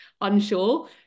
unsure